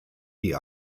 die